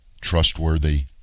trustworthy